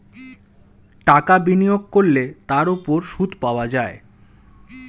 টাকা বিনিয়োগ করলে তার উপর সুদ পাওয়া যায়